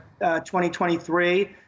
2023